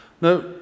Now